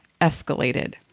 escalated